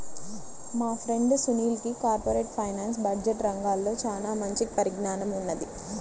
మా ఫ్రెండు సునీల్కి corporate finance, budget రంగాల్లో చానా మంచి పరిజ్ఞానం ఉన్నది